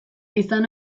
izan